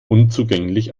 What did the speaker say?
unzugänglich